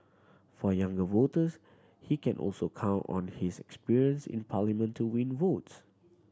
for younger voters he can also count on his experience in Parliament to win votes